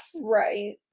Right